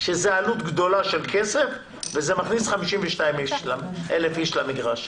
שזה עלות גבוהה של כסף וזה מכניס 52,000 איש למגרש.